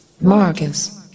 Marcus